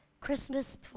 Christmas